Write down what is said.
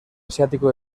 asiático